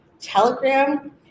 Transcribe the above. telegram